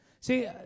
See